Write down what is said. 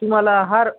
तुम्हाला हार